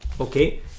okay